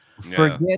Forget